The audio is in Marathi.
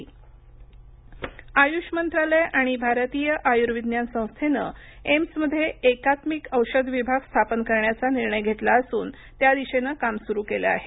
आयुषएम्स आयुष मंत्रालय आणि भारतीय आयुर्विज्ञान संस्थेनं एम्समध्ये एकात्मिक औषध विभाग स्थापन करण्याचा निर्णय घेतला असून त्यादिशेनं काम सुरू केलं आहे